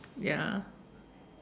ya